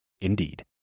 Indeed